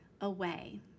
away